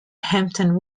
hampton